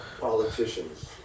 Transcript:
politicians